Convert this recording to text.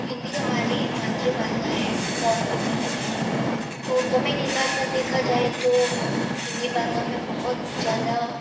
हिंदी हमारी मातृभाषा है राष्ट्रीय भाषा है तो समय के साथ साथ देखा जाए तो हिंदी भाषा में बहुत ज़्यादा